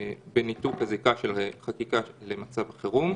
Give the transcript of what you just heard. בניתוק הזיקה של חקיקה למצב חירום.